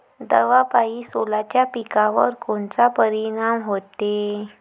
दवापायी सोल्याच्या पिकावर कोनचा परिनाम व्हते?